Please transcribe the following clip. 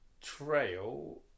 trail